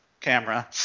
camera